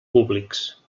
públics